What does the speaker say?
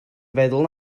feddwl